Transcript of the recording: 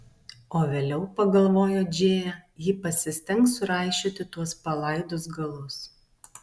o vėliau pagalvojo džėja ji pasistengs suraišioti tuos palaidus galus